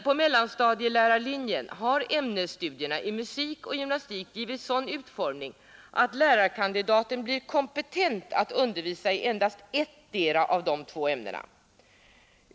På mellanstadielärarlinjen har ämnesstudierna i musik och gymnastik givits sådan utformning att lärarkandidaten blir kompetent att undervisa i endast ettdera av de två ämnena.